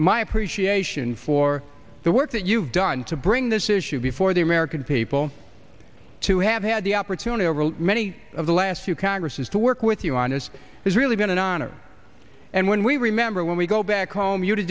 my appreciation for the work that you've done to bring this issue before the american people to have had the opportunity over many of the last two congresses to work with you on this has really been an honor and when we remember when we go back home you to